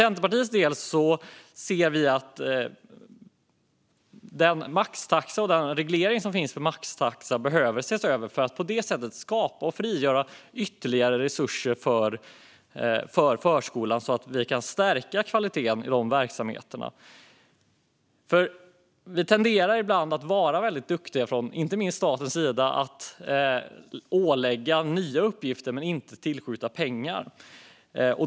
Centerpartiet tycker att maxtaxan och den reglering som finns för den behöver ses över. På så vis skapas och frigörs ytterligare resurser för förskolan så att vi kan stärka kvaliteten i verksamheterna. Vi tenderar ibland att vara väldigt duktiga från inte minst statens sida att ålägga nya uppgifter men inte tillskjuta pengar.